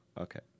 okay